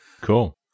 cool